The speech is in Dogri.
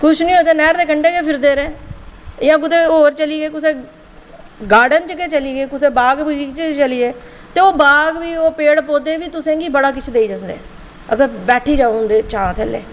किश निं होऐ ते नैह्र दे कंढै फिरदे रेह् जां कुतै होर चलिये कुतै गॉर्डन च गै चलिये कुदै बाग बगीचे च चलिये ते ओह् बाग बी ओह् पेड़ पौधे बी तुसेंगी बड़ा किश देई दिंदे अगर बैठी र'वो उं'दी छांऽ थल्ले